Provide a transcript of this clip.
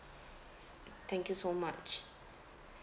thank you so much